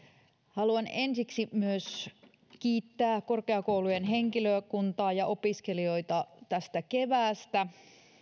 haluan ensiksi myös kiittää korkeakoulujen henkilökuntaa ja opiskelijoita tästä keväästä